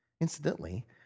Incidentally